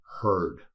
heard